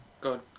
good